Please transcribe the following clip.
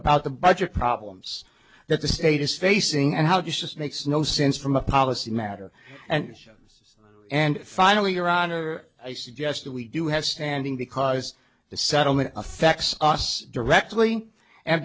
about the budget problems that the state is facing and how this makes no sense from a policy matter and and finally your honor i suggest that we do have standing because the settlement affects us directly and